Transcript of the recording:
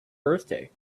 birthday